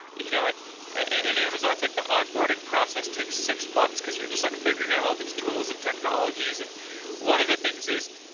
you know at at amazon, like the onboarding process takes six months because you're just like figuring out all these tools and technologies. and one of the things is,